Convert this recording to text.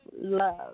love